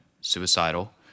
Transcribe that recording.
suicidal